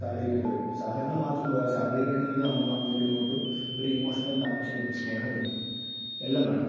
സഹകരിക്കേണ്ടിവരും സഹകരണം മാത്രം പോര സഹകരിക്കണമെങ്കിൽ നമുക്ക് അങ്ങോട്ടും ഇങ്ങോട്ടും ഒരു ഇമോഷണൽ കണക്ഷനും സ്നേഹവും എല്ലാം വേണം